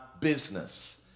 Business